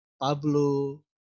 Pablo